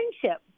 friendship